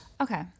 Okay